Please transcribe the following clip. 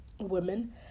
women